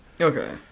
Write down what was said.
Okay